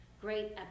great